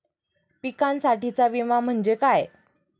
पिकांसाठीचा विमा म्हणजे काय?